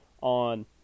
on